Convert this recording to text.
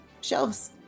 shelves